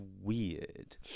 weird